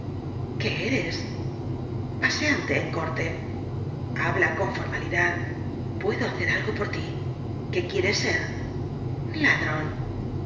eres paseante en corte habla con formalidad puedo hacer algo por tí qué quieres ser ladron